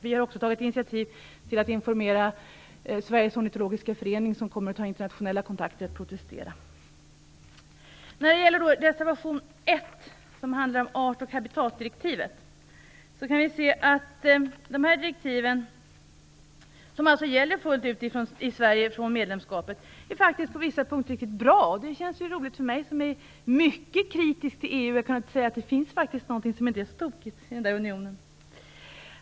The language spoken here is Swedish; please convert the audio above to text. Vi har också tagit initiativ till att informera Sveriges Ornitologiska Förening som kommer att ta internationella kontakter för att protestera. Reservation 1 handlar om art och habitatdirektiven. De gäller fullt ut i Sverige i och med medlemskapet. De är faktiskt riktigt bra på vissa punkter. Det känns ju roligt för mig som är mycket kritisk till EU att kunna säga att det faktiskt finns något som inte är så tokigt i den unionen.